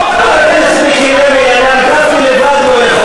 אני על גפני לבד לא יכול,